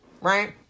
right